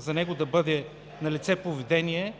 следва да бъде налице поведение,